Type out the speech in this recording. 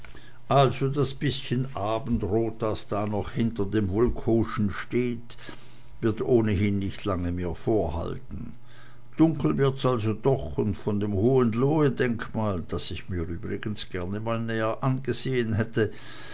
also das bißchen abendrot das da noch hinter dem wulkowschen steht wird ohnehin nicht lange mehr vorhalten dunkel wird's also doch und von dem hohenlohedenkmal das ich mir übrigens gern einmal näher angesehen hätte